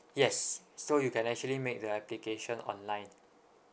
yes so you can actually make the application online